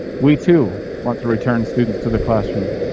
we too want to return students to the classroom.